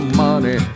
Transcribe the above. money